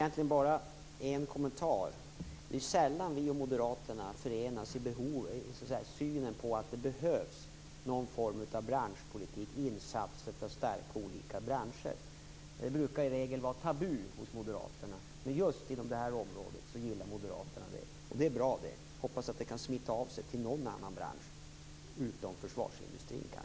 Herr talman! Det är sällan vi och Moderaterna förenas i synen på att det behövs någon form av branschpolitik, dvs. insatser för att stärka olika branscher. Det brukar i regel vara tabu hos Moderaterna. Men just inom detta område gillar Moderaterna detta. Det är bra. Jag hoppas att det kan smitta av sig till någon annan bransch - utom försvarsindustrin.